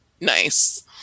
nice